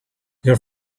your